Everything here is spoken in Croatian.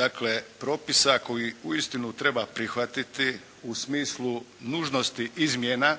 dakle propisa kojeg uistinu treba prihvatiti u smislu nužnosti izmjena